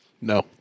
No